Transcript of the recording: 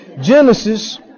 Genesis